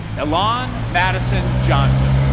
elan madison johnson.